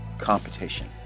competition